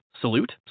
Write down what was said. Salute